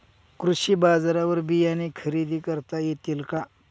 कृषी बाजारवर बियाणे खरेदी करता येतील का?